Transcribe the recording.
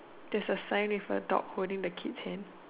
there's a sign with a dog holding the kid's hand